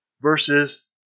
Versus